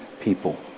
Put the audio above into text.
people